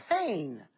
pain